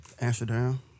Amsterdam